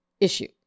issue